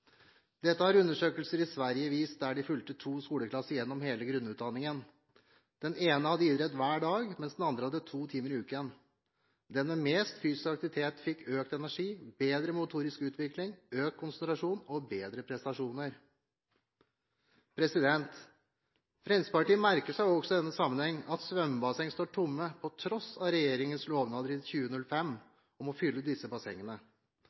Dette har undersøkelser i Sverige vist. Der fulgte de to skoleklasser gjennom hele grunnutdanningen. Den ene klassen hadde idrett hver dag, mens den andre hadde to timer i uken. Den med mest fysisk aktivitet fikk økt energi, bedre motorisk utvikling, økt konsentrasjon og bedre prestasjoner. Fremskrittspartiet merker seg i denne sammenheng at svømmebasseng står tomme på tross av regjeringens lovnader i 2005 om å fylle disse